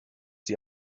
die